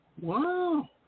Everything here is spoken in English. Wow